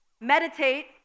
meditate